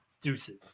deuces